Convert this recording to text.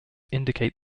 indicate